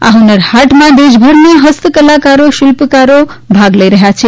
આ ફુન્નર હાટમાં દેશભરના ફસ્તકલાકારો શિલ્પકારો ભાગ લઇ રહથાં છે